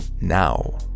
now